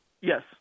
Yes